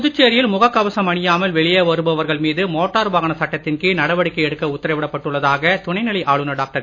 புதுச்சேரியில் முகக் கவசம் அணியாமல் வெளியே வருபவர்கள் மீது மோட்டார் வாகன சட்டத்தின் கீழ் நடவடிக்கை எடுக்க உத்தரவிடப் பட்டுள்ளதாக துணைநிலை ஆளுனர் டாக்டர்